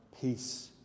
peace